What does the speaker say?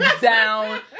down